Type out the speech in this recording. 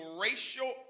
racial